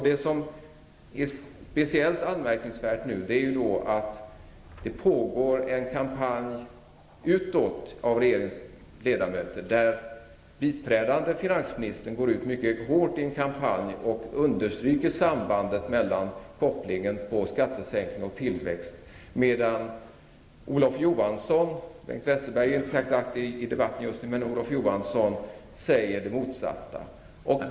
Det anmärkningsvärda är att det pågår en kampanj utåt av regeringens ledamöter, där biträdande finansministern går ut mycket hårt och understryker sambandet mellan skattesänkningar och tillväxt. Bengt Westerberg är inte särskilt aktiv i debatten just nu, men Olof Johansson säger det motsatta.